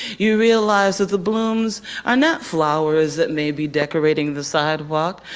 you realize that the blooms are not flowers that may be decorating the sidewalk,